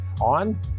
on